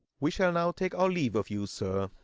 we shall now take our leave of you, sir.